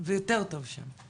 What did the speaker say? ויותר טוב שם?